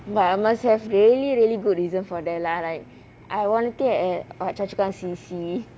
but I must have really really good reason for that lah like I volunteered at choa chu kang C_C